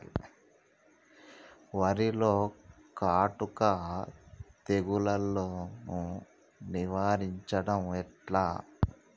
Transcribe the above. వరిలో కాటుక తెగుళ్లను నివారించడం ఎట్లా?